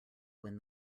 when